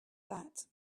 that